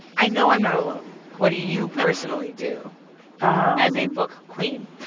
i know i'm not alone what do you personally do as a book queen?